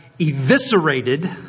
eviscerated